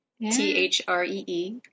t-h-r-e-e